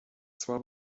zwar